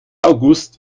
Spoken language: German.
august